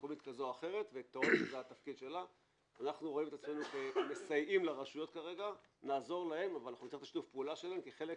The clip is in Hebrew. אני מעריך שאנחנו לשנתיים נסגור בין 30% ל-40%